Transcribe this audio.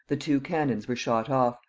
the two canons were shot off,